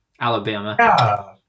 Alabama